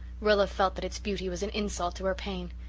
rilla felt that its beauty was an insult to her pain.